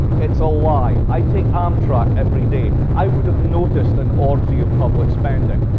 it's a lie. i take amtrak every day. i would've noticed an orgy of public spending.